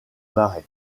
marais